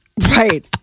Right